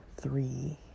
three